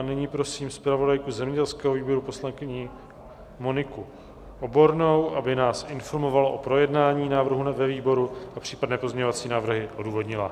Nyní prosím zpravodajku zemědělského výboru, paní poslankyni Moniku Obornou, aby nás informovala o projednání návrhu ve výboru a případné pozměňovací návrhy odůvodnila.